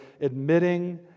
admitting